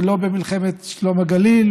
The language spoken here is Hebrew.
ולא במלחמת שלום הגליל,